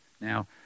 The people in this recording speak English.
Now